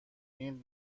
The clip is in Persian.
این